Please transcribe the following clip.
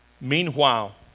Meanwhile